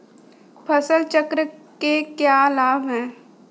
फसल चक्र के क्या लाभ हैं?